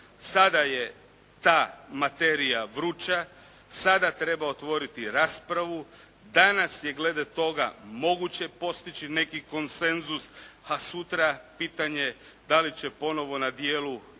sada je ta materija vruća, sada treba otvoriti raspravu. Danas je glede toga moguće postići neki konsenzus, a sutra pitanje da li će ponovo na djelu